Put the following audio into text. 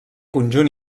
conjunt